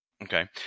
Okay